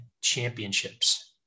Championships